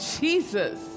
Jesus